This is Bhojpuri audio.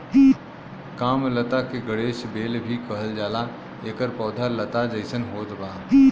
कामलता के गणेश बेल भी कहल जाला एकर पौधा लता जइसन होत बा